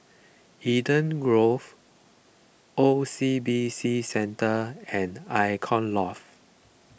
Eden Grove O C B C Centre and Icon Loft